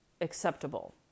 acceptable